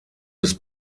des